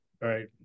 right